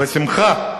בשמחה.